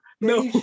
no